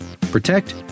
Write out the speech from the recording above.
protect